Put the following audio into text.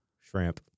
Shrimp